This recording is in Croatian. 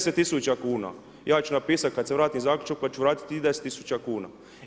10 000 kuna. ja ću napisat kad se vratim zaključno pa ću vratit tih 10 000 kuna.